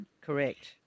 Correct